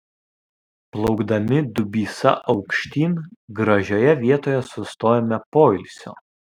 plaukdami dubysa aukštyn gražioje vietoje sustojome poilsio